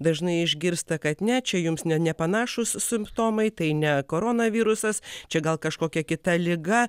dažnai išgirsta kad ne čia jums net nepanašūs simptomai tai ne korona virusas čia gal kažkokia kita liga